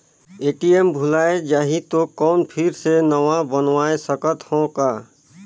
ATM भुलाये जाही तो कौन फिर से नवा बनवाय सकत हो का?